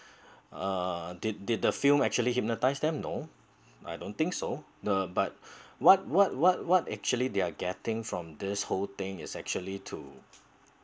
uh did did the film actually hypnotised them no I don't think so the but what what what what actually they're getting from this whole thing is actually to